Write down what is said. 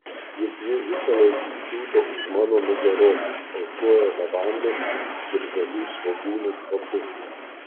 juk ji visąlaik kiūto už mano nugaros alsuoja levandos ir žalių svogūnų kvapu